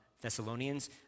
Thessalonians